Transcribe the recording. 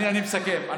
אני מסכם.